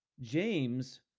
James